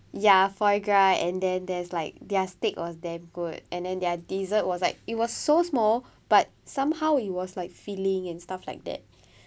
ya foie gras and then there's like their steak was damn good and then their dessert was like it was so small but somehow it was like feeling and stuff like that